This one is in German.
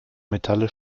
metalle